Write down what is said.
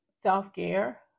self-care